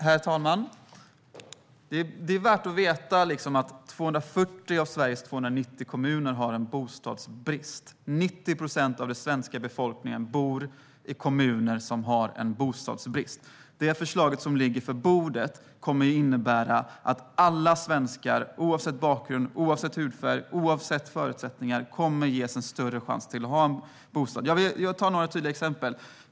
Herr talman! Det är värt att veta att 240 av Sveriges 290 kommuner har bostadsbrist. 90 procent av den svenska befolkningen bor i kommuner som har bostadsbrist. Det förslag som ligger på bordet kommer att innebära att alla svenskar - oavsett bakgrund, oavsett hudfärg, oavsett förutsättningar - kommer att ges en större möjlighet att få en bostad. Jag ska ta några tydliga exempel.